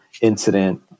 Incident